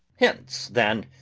hence, then,